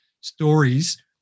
stories